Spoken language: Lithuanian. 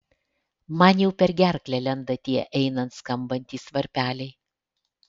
man jau per gerklę lenda tie einant skambantys varpeliai